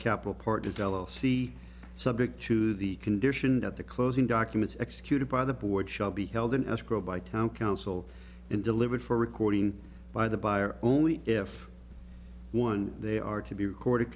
capital partners l l c subject to the condition that the closing documents executed by the board shall be held in escrow by town council and delivered for recording by the buyer only if one they are to be recorded